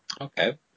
Okay